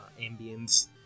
ambience